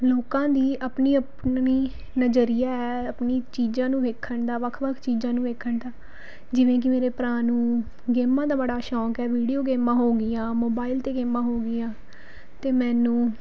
ਲੋਕਾਂ ਦੀ ਆਪਣੀ ਆਪਣੀ ਨਜ਼ਰੀਆ ਹੈ ਆਪਣੀ ਚੀਜ਼ਾਂ ਨੂੰ ਵੇਖਣ ਦਾ ਵੱਖ ਵੱਖ ਚੀਜ਼ਾਂ ਨੂੰ ਵੇਖਣ ਦਾ ਜਿਵੇਂ ਕਿ ਮੇਰੇ ਭਰਾ ਨੂੰ ਗੇਮਾਂ ਦਾ ਬੜਾ ਸ਼ੌਕ ਹੈ ਵੀਡੀਓ ਗੇਮਾਂ ਹੋ ਗਈਆਂ ਮੋਬਾਇਲ 'ਤੇ ਗੇਮਾਂ ਹੋ ਗਈਆਂ ਅਤੇ ਮੈਨੂੰ